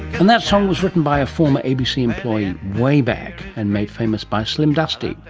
and that song was written by a former abc employee way back and made famous by slim dusty.